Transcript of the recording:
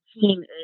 team